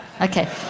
Okay